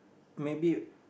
maybe